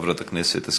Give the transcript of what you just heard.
חברת הכנסת השכל,